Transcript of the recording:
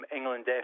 England